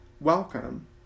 Welcome